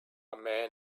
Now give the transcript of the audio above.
man